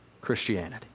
Christianity